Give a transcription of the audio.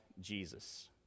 Jesus